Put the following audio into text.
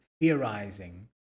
theorizing